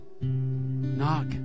Knock